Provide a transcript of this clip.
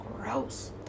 gross